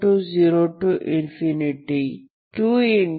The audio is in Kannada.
nk 1Cnxnk 1n0nk